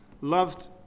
loved